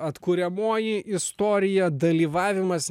atkuriamoji istorija dalyvavimas